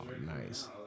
nice